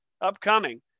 upcoming